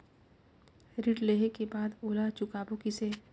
ऋण लेहें के बाद ओला चुकाबो किसे?